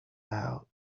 out